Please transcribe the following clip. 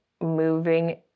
moving